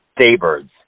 Daybirds